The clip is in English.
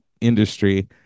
industry